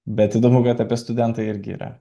bet įdomu kad apie studentą irgi yra